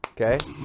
Okay